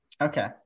Okay